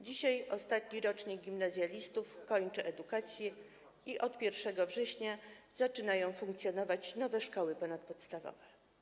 Dzisiaj ostatni rocznik gimnazjalistów kończy edukację i od 1 września zaczynają funkcjonować nowe szkoły ponadpodstawowe.